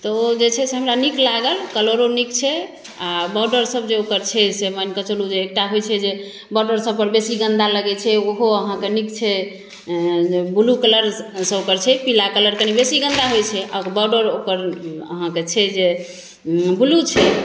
तऽ ओ जे छै से हमरा नीक लागल कलरो नीक छै आओर बॉर्डर सब जे ओकर छै से मानि कऽ चालू जे एकटा होइ छै जे बॉर्डर सबपर बेसी गन्दा लगै छै ओहो अहाँके नीक छै ब्लू कलरसँ ओकर छै पीला कलर कनी बेसी गन्दा होइ छै आओर बॉर्डर ओकर अहाँके छै जे ब्लू छै